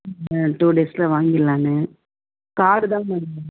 ஆ two டேஸில் வாங்கிடலான்னு card தான்